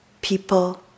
people